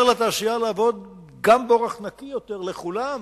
לה לעבוד גם באורח נקי יותר לכולם